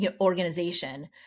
organization